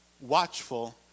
watchful